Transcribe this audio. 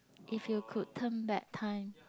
if you could turn back time